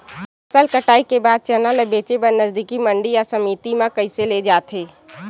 फसल कटाई के बाद चना ला बेचे बर नजदीकी मंडी या समिति मा कइसे ले जाथे?